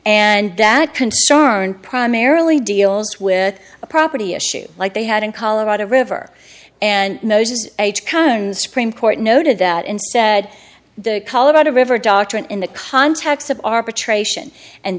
and that concern primarily deals with a property issue like they had in colorado river and noses h cones supreme court noted that in said the colorado river doctrine in the context of arbitration and